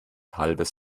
halbes